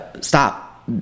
stop